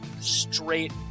straight